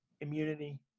immunity